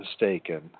mistaken